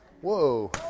Whoa